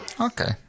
okay